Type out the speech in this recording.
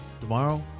Tomorrow